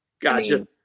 Gotcha